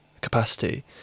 capacity